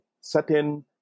certain